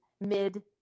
mid